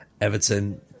Everton